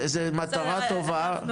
זאת מטרה טובה, ובנוסף,